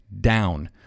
down